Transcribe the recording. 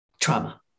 trauma